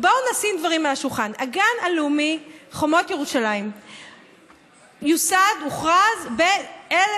בואו נשים דברים על השולחן: הגן הלאומי חומות ירושלים הוכרז ב-1972.